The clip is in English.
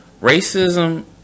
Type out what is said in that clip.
racism